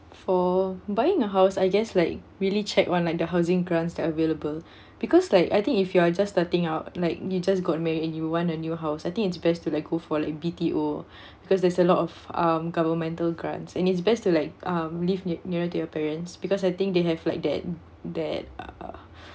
for buying a house I guess like really check one like the housing grants that are available because like I think if you are just starting out like you just got married and you want a new house I think it's best to like go for like B_T_O because there's a lot of um governmental grants and it's best to like um live near nearer to your parents because I think they have like that that uh